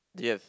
yes